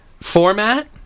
format